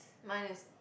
mine is